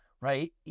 right